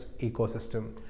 ecosystem